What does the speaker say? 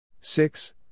Six